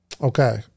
Okay